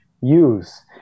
use